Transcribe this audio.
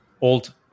Old